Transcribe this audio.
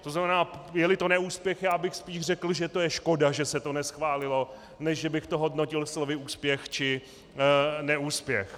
To znamená, jeli to neúspěch, já bych spíše řekl, že to je škoda, že se to neschválilo, než že bych to hodnotil slovy úspěch či neúspěch.